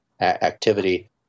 activity